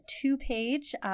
two-page